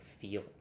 feel